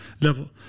level